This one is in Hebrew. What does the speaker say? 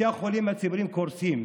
בתי החולים הציבוריים קורסים,